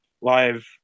live